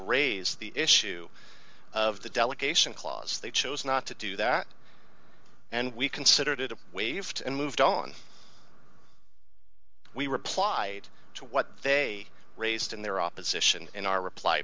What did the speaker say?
raise the issue of the delegation clause they chose not to do that and we considered it a waved and moved on we replied to what they raised in their opposition in our reply